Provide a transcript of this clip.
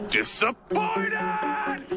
Disappointed